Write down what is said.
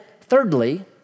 thirdly